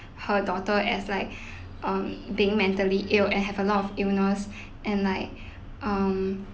her daughter as like um being mentally ill and have a lot of illness and like um